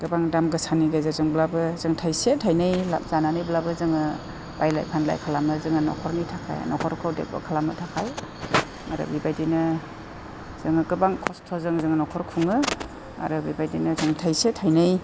गोबां दाम गोसानि गेजेरजोंब्लाबो जों थाइसे थाइनै लाब जानानैब्लाबो जोङो बायलाय फानलाय खालामो जोङो न'खरनि थाखाय न'खरखौ डेभल'प खालामनो थाखाय आरो बेबायदिनो जोङो गोबां खस्त'जों जोङो न'खर खुङो आरो बेबायदिनो जोङो थाइसे थाइनै